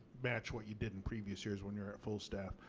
match what you did in previous years when you're at full staff.